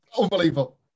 Unbelievable